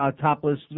topless